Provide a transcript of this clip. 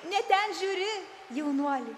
ne ten žiūri jaunuoli